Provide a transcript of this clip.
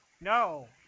No